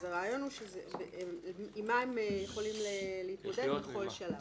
אז הרעיון הוא עם מה הם יכולים להתמודד בכל שלב.